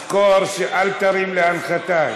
תזכור, אל תרים להנחתה.